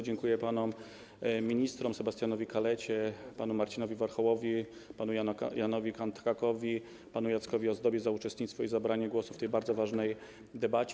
Dziękuję panom ministrom, Sebastianowi Kalecie, panu Marcinowi Warchołowi, panu Janowi Kanthakowi, panu Jackowi Ozdobie za uczestnictwo i zabranie głosu w tej bardzo ważnej debacie.